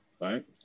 right